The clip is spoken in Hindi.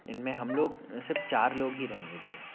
इन में हम लोग सिर्फ़ चार लोग ही रहेंगे भैया